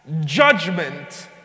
judgment